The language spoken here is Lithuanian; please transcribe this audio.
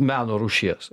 meno rūšies